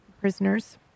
prisoners